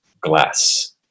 glass